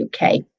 uk